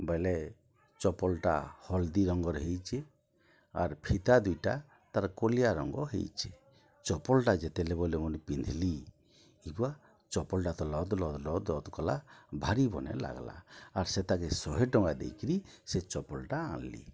ବଇଲେ ଚପଲଟା ହଲଦି ରଙ୍ଗର ହୋଇଛେ ଆର୍ ଫିତା ଦୁଇଟା ତାର୍ କୋଲିଆ ରଙ୍ଗ ହୋଇଛେ ଚପଲଟା ଯେତେଲେ ବୋଇଲେ ମୁଇଁ ପିନ୍ଧଲି ଇବୁଆ ଚପଲଟାତ ଲଦ ଲଦ ଲଦ ଲଦ କଲା ଭାରି ବନେ ଲାଗଲା ଆର୍ ସେତାକେ ଶହେ ଟଙ୍କା ଦେଇକିରି ସେ ଚପଲଟା ଆଣଲି